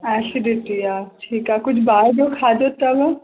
acidity आहे ठीकु आहे कुझु ॿाहिरि जो खाधो अथव